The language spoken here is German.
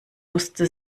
musste